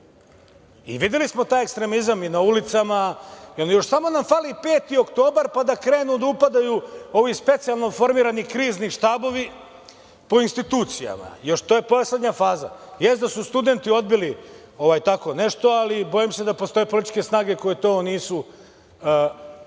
i videli smo taj ekstremizam i na ulicama samo nam fali 5. oktobar pa da krenu da upadaju oni specijalno formirani krizni štabovi po institucijama, još to je poslednja faza jeste da su studenti odbili tako nešto, ali bojim se da postoje političke snage koje to nisu odbile,